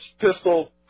pistol